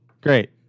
Great